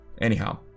anyhow